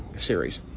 series